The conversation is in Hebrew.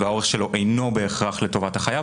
והאורך שלו אינו בהכרח לטובת החייב